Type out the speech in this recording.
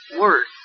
Word